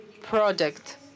product